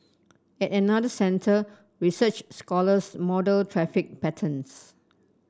at another centre research scholars model traffic patterns